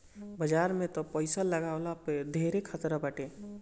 बाजार में तअ पईसा लगवला पअ धेरे खतरा बाटे